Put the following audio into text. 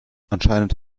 anscheinend